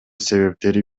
себептери